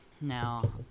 now